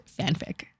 fanfic